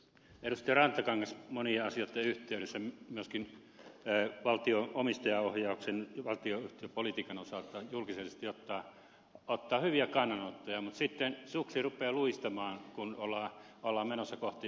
rantakangas monien asioitten yhteydessä myöskin valtion omistajaohjauksen valtionyhtiöpolitiikan osalta julkisesti ottaa hyviä kannanottoja mutta sitten suksi rupeaa luistamaan kun ollaan menossa kohti maalia